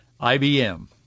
IBM